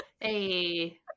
Hey